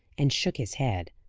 and shook his head.